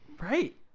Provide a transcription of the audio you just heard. Right